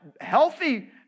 healthy